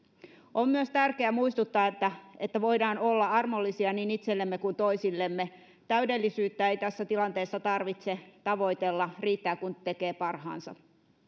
on tärkeää myös muistuttaa että että voidaan olla armollisia niin itsellemme kuin toisillemme täydellisyyttä ei tässä tilanteessa tarvitse tavoitella riittää kun tekee parhaansa